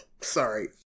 Sorry